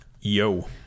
Yo